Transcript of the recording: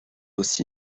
aussi